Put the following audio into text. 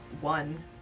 one